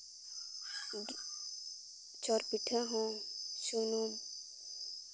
ᱪᱷᱚᱨ ᱯᱤᱴᱷᱟᱹ ᱦᱚᱸ ᱥᱩᱱᱩᱢ